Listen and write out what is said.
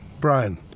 Brian